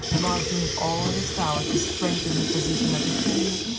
laud doing all in his power to strengthen the position of the king,